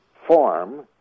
form